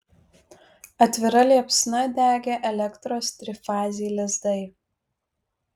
atvira liepsna degė elektros trifaziai lizdai